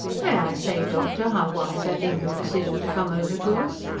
may i say, doctor, how wise i think your decision to come over to us?